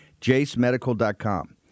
JaceMedical.com